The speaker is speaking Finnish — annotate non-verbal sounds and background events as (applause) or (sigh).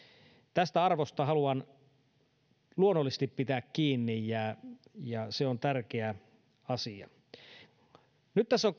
tästä arvosta haluan luonnollisesti pitää kiinni ja se on tärkeä asia nyt tässä on (unintelligible)